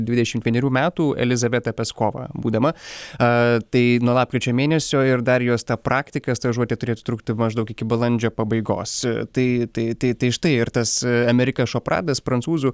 dvidešimt vienerių metų elizabeta peskova būdama tai nuo lapkričio mėnesio ir dar jos ta praktika stažuotė turėtų trukti maždaug iki balandžio pabaigos tai tai tai štai ir tas amerika šopradas prancūzų